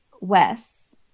Wes